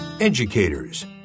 Educators